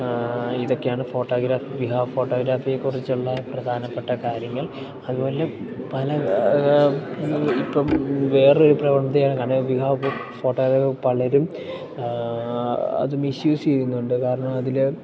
ഇതക്കെയാണ് photography വിവാഹ ഫോട്ടോഗ്രാഫിയെ കുറിച്ചുള്ള പ്രധാനപ്പെട്ട കാര്യങ്ങൾ അതുപോലെ പല ഇപ്പം വേറൊരു പ്രവണതയാണ് കാരണം വിവാഹ ഫോട്ടോഗ്രാഫി പലരും അത് മിസ്യൂസ് ചെയ്യുന്നുണ്ട് കാരണം അതില്